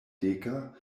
deka